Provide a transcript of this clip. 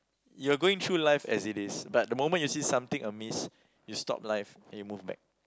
you are going through life as it is but the moment you see something amidst you stop life and you move back